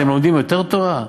אתם לומדים יותר תורה?